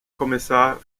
kommissar